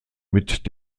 mit